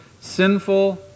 sinful